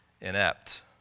inept